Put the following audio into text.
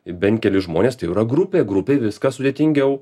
bent keli žmonės tai jau yra grupė grupei viskas sudėtingiau